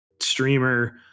streamer